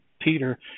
Peter